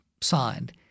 signed –